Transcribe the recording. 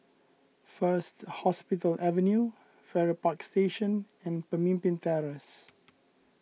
First Hospital Avenue Farrer Park Station and Pemimpin Terrace